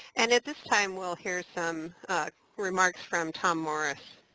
and at this time, we'll hear some remarks from tom morris.